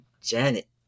Janet